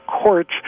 courts